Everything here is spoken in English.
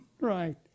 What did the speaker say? Right